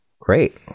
Great